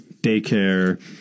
daycare